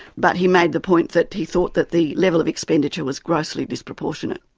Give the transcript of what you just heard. but he made the point that he thought that the level of expenditure was grossly disproportionate.